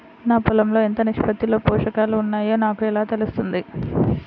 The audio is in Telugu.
నా పొలం లో ఎంత నిష్పత్తిలో పోషకాలు వున్నాయో నాకు ఎలా తెలుస్తుంది?